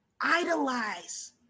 idolize